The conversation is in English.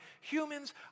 humans